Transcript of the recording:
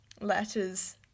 Letters